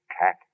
Cat